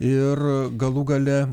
ir galų gale